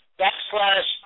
backslash